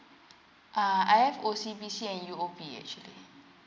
uh I have O_C_B_C and U_O_B actually